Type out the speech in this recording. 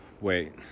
Wait